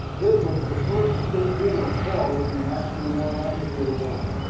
his was the first state funeral held in the national memorial amphitheater building.